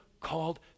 called